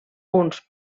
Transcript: uns